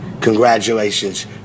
Congratulations